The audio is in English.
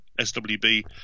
SWB